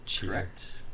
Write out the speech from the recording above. Correct